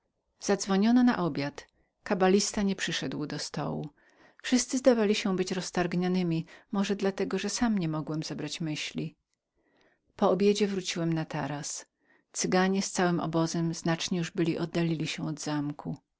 zadzwoniono na obiad kabalista nie przyszedł do stołu wszyscy zdawali się być roztargnionymi może dla tego że sam nie mogłem zebrać myśli po obiedzie wyszedłem na taras cyganie z całym obozem znacznie już byli oddalili się od zamku